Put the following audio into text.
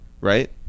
Right